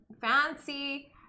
fancy